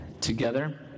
together